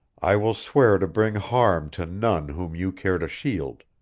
i will swear to bring harm to none whom you care to shield.